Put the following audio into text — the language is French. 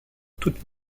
toute